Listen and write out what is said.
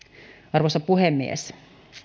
arvoisa puhemies